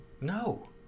No